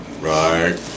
Right